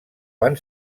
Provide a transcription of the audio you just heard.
van